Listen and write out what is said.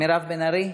מירב בן ארי.